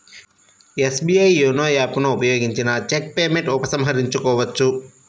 SBI YONO app ను ఉపయోగించిన cheque payment ఉపసంహరించుకోవచ్చు